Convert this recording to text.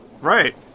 Right